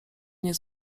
nie